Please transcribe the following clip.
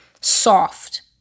soft